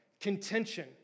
contention